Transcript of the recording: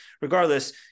regardless